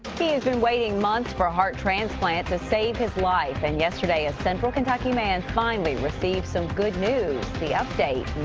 he's been waiting months for a heart transplant. to save his life. and yesterday. a central kentucky man finally received some good news. the update.